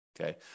okay